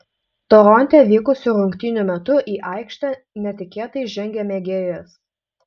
toronte vykusių rungtynių metu į aikštę netikėtai žengė mėgėjas